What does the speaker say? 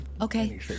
Okay